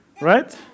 right